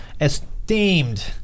esteemed